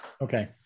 okay